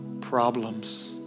problems